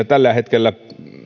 tällä hetkellä